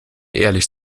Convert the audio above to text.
ehrlich